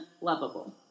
lovable